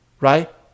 Right